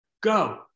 go